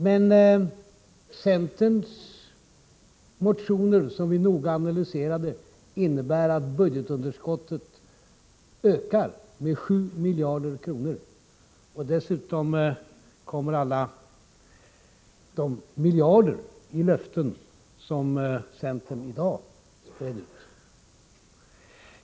Men centerns motioner, som vi noga har analyserat, innebär att budgetunderskottet ökar med 7 miljarder kronor. Till det kommer alla de miljarder i löften som centern i dag spred ut.